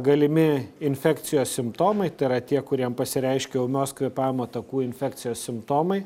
galimi infekcijos simptomai tai yra tie kuriem pasireiškia ūmios kvėpavimo takų infekcijos simptomai